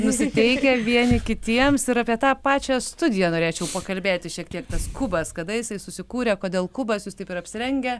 nusiteikę vieni kitiems ir apie tą pačią studiją norėčiau pakalbėti šiek tiek tas kubas kada jisai susikūrė kodėl kubas jus taip ir apsirengę